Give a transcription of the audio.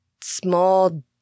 small